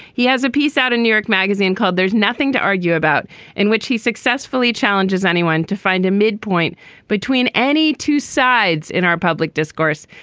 he has a piece out of new york magazine called there's nothing to argue about in which he successfully challenges anyone to find a midpoint between any two sides in our public discourse.